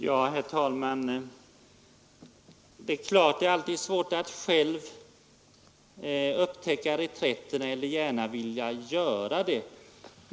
Herr talman! Det är klart att det alltid är svårt att själv upptäcka reträtterna eller gärna vilja göra det.